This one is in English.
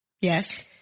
yes